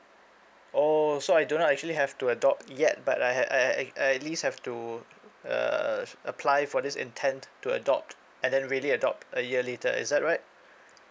oh so I do not actually have to adopt yet but I had I I I at I at least have to uh uh uh sh~ apply for this intent to adopt and then really adopt a year later is that right